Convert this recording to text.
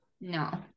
No